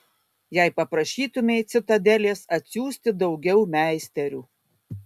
jei paprašytumei citadelės atsiųsti daugiau meisterių